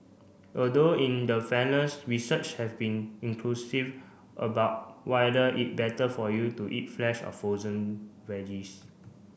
although in the fairness research have been inclusive about whether it better for you to eat fresh or frozen veggies